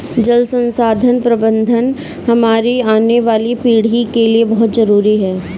जल संसाधन प्रबंधन हमारी आने वाली पीढ़ी के लिए बहुत जरूरी है